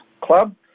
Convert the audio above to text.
Club